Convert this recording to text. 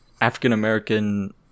African-American